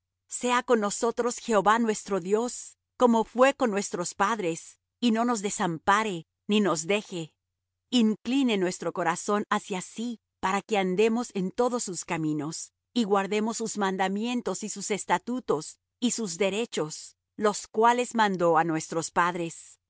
sea con nosotros jehová nuestro dios como fué con nuestros padres y no nos desampare ni nos deje incline nuestro corazón hacia sí para que andemos en todos sus caminos y guardemos sus mandamientos y sus estatutos y sus derechos los cuales mandó á nuestros padres